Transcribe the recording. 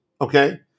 okay